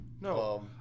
No